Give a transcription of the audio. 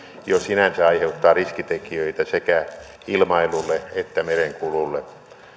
jo sinänsä aiheuttaa riskitekijöitä sekä ilmailulle että merenkululle